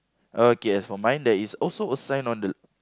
okay as for mine there is also a sign on the